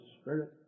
Spirit